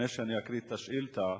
לפני שאני אקריא את השאילתא,